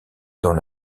dans